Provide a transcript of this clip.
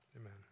Amen